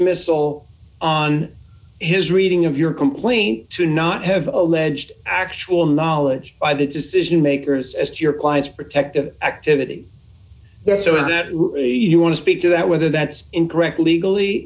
dismissal on his reading of your complaint to not have alleged actual knowledge by the decision makers as your clients protective activity there so is that you want to speak to that whether that's incorrect legally